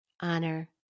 honor